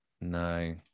No